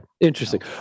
interesting